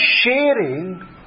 sharing